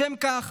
לשם כך